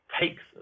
takes